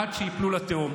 עד שייפלו לתהום.